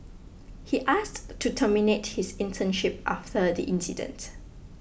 he asked to terminate his internship after the incident